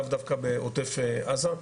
לאו דווקא בעוטף עזה,